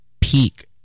peak